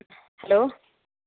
hello